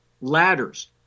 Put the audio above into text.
ladders